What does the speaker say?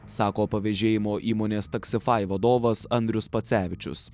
sako pavėžėjimo įmonės taksifai vadovas andrius pacevičius